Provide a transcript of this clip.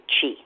chi